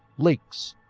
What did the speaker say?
lakes,